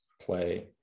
play